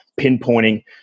pinpointing